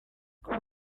kuba